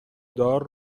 دار